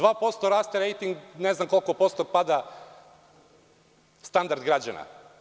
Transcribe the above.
Dva posto raste rejting, ne znam koliko posto pada standard građana.